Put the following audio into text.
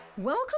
Welcome